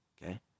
Okay